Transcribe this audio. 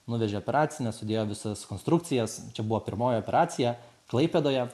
nuvežė į operacinę sudėjo visas konstrukcijas čia buvo pirmoji operacija klaipėdoje